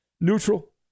neutral